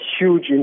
huge